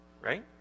right